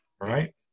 right